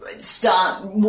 start